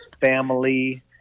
family